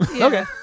okay